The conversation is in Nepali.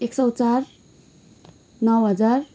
एक सौ चार नौ हजार